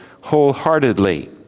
wholeheartedly